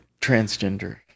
transgender